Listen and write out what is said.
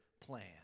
plan